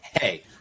Hey